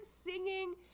singing